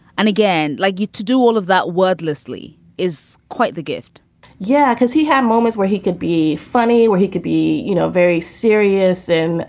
and again, like you to do all of that wordlessly is quite the gift yeah, because he had moments where he could be funny or he could be, you know, very serious in